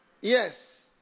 Yes